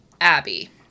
Abby